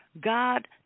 God